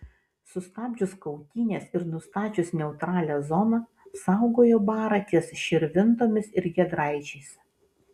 sustabdžius kautynes ir nustačius neutralią zoną saugojo barą ties širvintomis ir giedraičiais